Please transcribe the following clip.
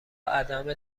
عدم